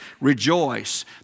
rejoice